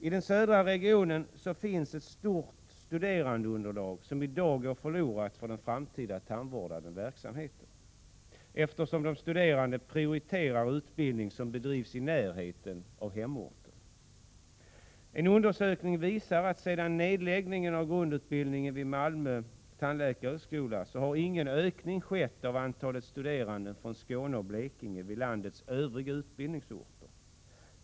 I den södra regionen finns ett stort studerandeunderlag, som i dag går förlorat för den framtida tandvårdande verksamheten, eftersom de studerande prioriterar utbildning som bedrivs i närheten av hemorten. En undersökning visar att efter nedläggningen av grundutbildningen vid Malmö tandläkarhögskola har ingen ökning skett av antalet studerande från Skåne/ Blekinge vid landets övriga utbildningsenheter.